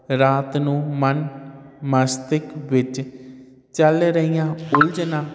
ਰਾਤ ਨੂੰ ਮਨ ਮਸਤਕ ਵਿੱਚ ਚੱਲ ਰਹੀਆਂ ਉਲਝਨਾਂ ਫਿਕਰ